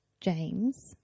James